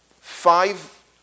Five